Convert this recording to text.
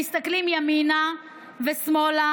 שמסתכלים ימינה ושמאלה,